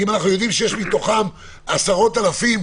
אם אנחנו יודעים שיש מתוכם עשרות אלפים